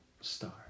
Star